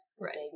Right